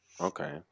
Okay